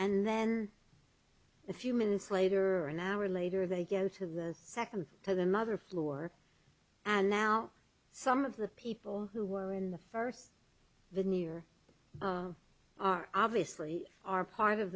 and then a few minutes later or an hour later they go to the second to the mother floor and now some of the people who were in the first veneer are obviously are part of